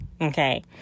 okay